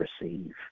receive